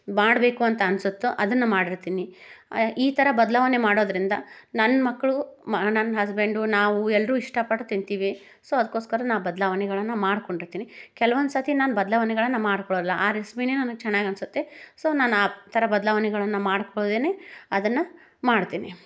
ಮಾಡಬೇಕು ಅಂತ ಅನಿಸುತ್ತೋ ಅದನ್ನು ಮಾಡಿರ್ತೀನಿ ಈ ಥರ ಬದಲಾವಣೆ ಮಾಡೋದರಿಂದ ನನ್ನ ಮಕ್ಕಳು ನನ್ನ ಹಸ್ಬೆಂಡು ನಾವು ಎಲ್ಲರೂ ಇಷ್ಟ ಪಟ್ಟು ತಿಂತೀವಿ ಸೊ ಅದಕ್ಕೋಸ್ಕರ ನಾ ಬದ್ಲಾವಣೆಗಳನ್ನು ಮಾಡ್ಕೊಂಡಿರ್ತೀನಿ ಕೆಲ್ವೊಂದು ಸತಿ ನಾನು ಬದ್ಲಾವಣೆಗಳನ್ನು ಮಾಡಿಕೊಳ್ಳಲ್ಲ ಆ ರೆಸ್ಪಿನೇ ನನ್ಗೆ ಚೆನ್ನಾಗಿ ಅನಿಸುತ್ತೆ ಸೊ ನಾನು ಆ ಥರ ಬದ್ಲಾವಣೆಗಳನ್ನು ಮಾಡ್ಕೊಳ್ಳದೇನೆ ಅದನ್ನು ಮಾಡ್ತೀನಿ